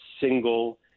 single